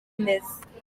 ameze